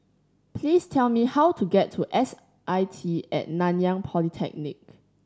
please tell me how to get to S I T At Nanyang Polytechnic